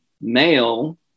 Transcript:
male